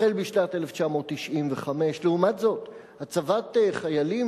החל בשנת 1995. לעומת זאת הצבת חיילים